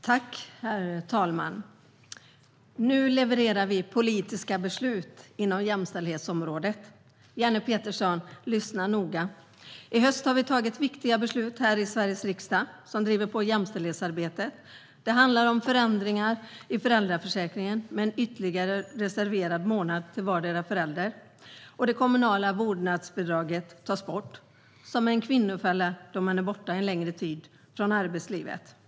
Herr talman! Nu levererar vi politiska beslut inom jämställdhetsområdet. Lyssna noga, Jenny Petersson! I höst har vi tagit viktiga beslut här i Sveriges riksdag som driver på jämställdhetsarbetet. Det handlar om förändringen av föräldraförsäkringen med ytterligare en reserverad månad till vardera föräldern. Det kommunala vårdnadsbidraget, som är en kvinnofälla då man är borta längre tid från arbetslivet, tas bort.